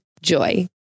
Joy